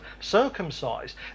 circumcised